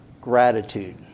gratitude